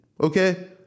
okay